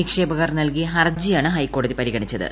നിക്ഷേപകർ നൽകിയ ഹർജിയാണ് ഹൈക്കോടതി പരിഗണിച്ചത്